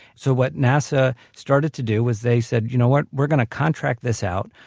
so what nasa started to do was they said, you know what, we're going to contract this out,